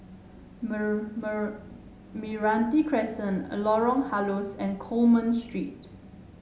Meranti Crescent a Lorong Halus and Coleman Street